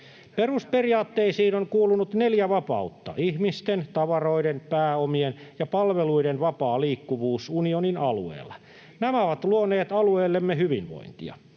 Perusperiaatteisiin on kuulunut neljä vapautta: ihmisten, tavaroiden, pääomien ja palveluiden vapaa liikkuvuus unionin alueella. Nämä ovat luoneet alueellemme hyvinvointia.